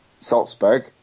Salzburg